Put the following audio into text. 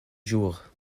jour